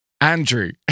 Andrew